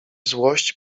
złość